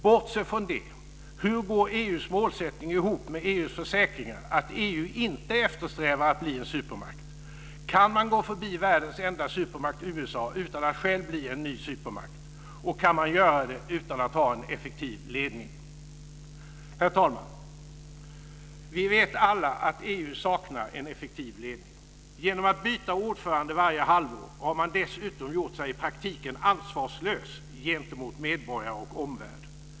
Bortsett från det undrar jag hur EU:s målsättning går ihop med EU:s försäkringar att EU inte eftersträvar att bli en supermakt. Kan man gå förbi världens enda supermakt, USA, utan att själv bli en ny supermakt, och kan man göra det utan att ha en effektiv ledning? Herr talman! Vi vet alla att EU saknar en effektiv ledning. Genom att byta ordförande varje halvår har man dessutom i praktiken gjort sig ansvarslös gentemot medborgare och omvärld.